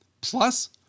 Plus